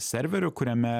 serveriu kuriame